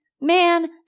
man